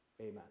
Amen